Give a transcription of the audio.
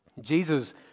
Jesus